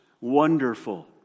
wonderful